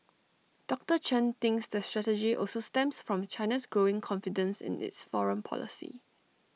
doctor Chen thinks the strategy also stems from China's growing confidence in its foreign policy